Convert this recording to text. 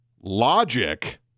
logic